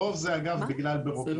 הרוב זה, אגב, בגלל ביורוקרטיה.